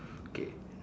okay